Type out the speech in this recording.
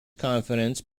confidence